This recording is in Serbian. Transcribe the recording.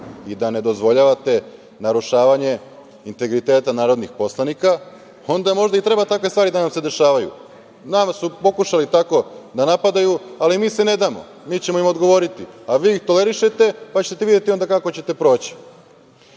i da ne dozvoljavate narušavanje integriteta narodnih poslanika onda možda i treba takve stvari da se nam dešavaju. Nas su pokušali tako da napadaju, ali mi se ne damo, mi ćemo im odgovoriti, a vi ih tolerišete, pa ćete videti onda kako ćete proći. Dakle,